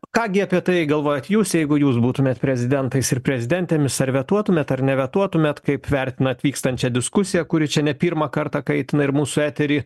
ką gi apie tai galvojat jūs jeigu jūs būtumėt prezidentais ir prezidentėmis ar vetuotumėt ar nevetuotumėt kaip vertinat vykstančią diskusiją kuri čia ne pirmą kartą kaitina ir mūsų eterį